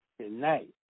tonight